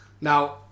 Now